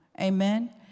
Amen